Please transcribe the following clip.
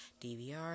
dvr